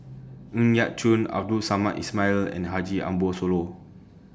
Ng Yat Chuan Abdul Samad Ismail and Haji Ambo Sooloh